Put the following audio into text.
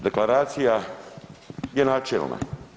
Deklaracija je načelna.